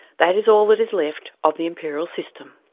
that is all that is left of the imperial system.